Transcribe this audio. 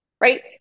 right